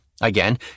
again